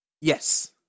Yes